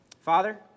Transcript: Father